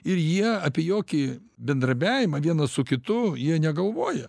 ir jie apie jokį bendradarbiavimą vienas su kitu jie negalvoja